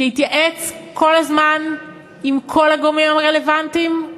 שיתייעץ כל הזמן עם כל הגורמים הרלוונטיים,